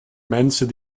mensen